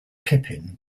pippin